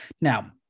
Now